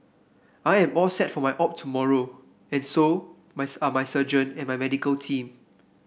I'm all set for my op tomorrow and so are my surgeon and medical team